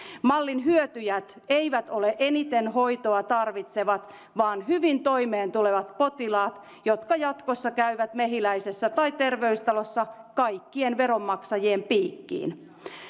mallin hyötyjiä eivät ole eniten hoitoa tarvitsevat vaan hyvin toimeentulevat potilaat jotka jatkossa käyvät mehiläisessä tai terveystalossa kaikkien veronmaksajien piikkiin